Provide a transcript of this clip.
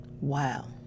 Wow